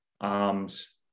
arms